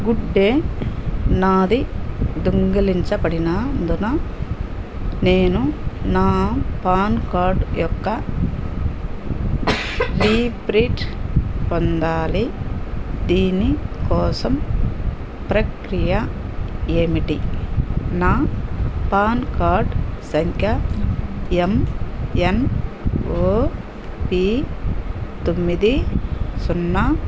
good day నాది దొంగిలించబడినందున నేను నా పాన్ కార్డ్ యొక్క రీప్రింట్ పొందాలి దీని కోసం ప్రక్రియ ఏమిటి నా పాన్ కార్డ్ సంఖ్య ఎం ఎన్ ఓ పీ తొమ్మిది సున్నా